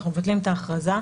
אנחנו מבטלים את ההכרזה.